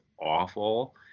awful